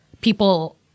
people